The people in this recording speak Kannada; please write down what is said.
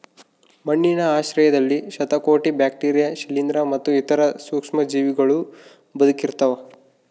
ಮಣ್ಣಿನ ಆಶ್ರಯದಲ್ಲಿ ಶತಕೋಟಿ ಬ್ಯಾಕ್ಟೀರಿಯಾ ಶಿಲೀಂಧ್ರ ಮತ್ತು ಇತರ ಸೂಕ್ಷ್ಮಜೀವಿಗಳೂ ಬದುಕಿರ್ತವ